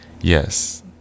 Yes